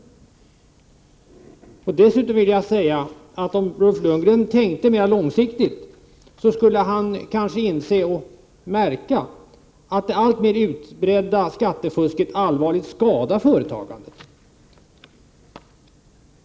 Om Bo Lundgren tänkte mera långsiktigt, skulle han kanske märka att det alltmer utbredda skattefusket allvarligt skadar företagandet.